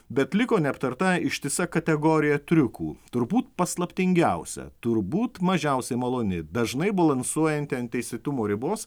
bet liko neaptarta ištisa kategorija triukų turbūt paslaptingiausia turbūt mažiausiai maloni dažnai balansuojanti ant teisėtumo ribos